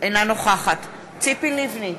אינה נוכחת ציפי לבני,